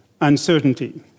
uncertainty